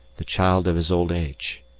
the child of his old age.